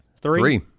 Three